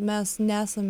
mes nesam